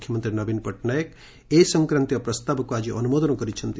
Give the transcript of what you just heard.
ମୁଖ୍ୟମନ୍ତୀ ନବୀନ ପଟ୍ଟନାୟକ ଏ ସଂକ୍ରାନ୍ତୀୟ ପ୍ରସ୍ତାବକୁ ଆକି ଅନୁମୋଦନ କରିଛନ୍ତି